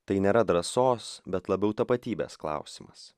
tai nėra drąsos bet labiau tapatybės klausimas